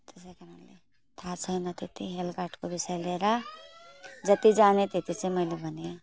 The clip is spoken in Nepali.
त्यसै कारणले थाहा छैन त्यति हेल्थ कार्डको विषय लिएर जति जाने त्यति चाहिँ मैले भने